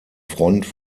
front